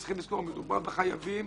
צריך לזכור שמדובר בחייבים,